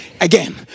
Again